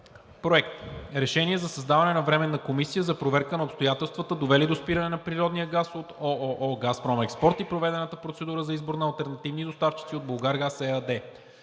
събрание РЕШИ: 1. Създава Временна комисия за проверка на обстоятелствата, довели до спиране на природния газ от ООО „Газпром Експорт“, и проведената процедура за избор на алтернативни доставчици от „Булгаргаз“ ЕАД.